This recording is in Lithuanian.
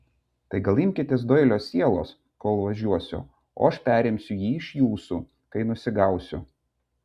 tai gal imkitės doilio sielos kol važiuosiu o aš perimsiu jį iš jūsų kai nusigausiu